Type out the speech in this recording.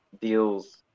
deals